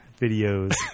videos